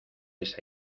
esa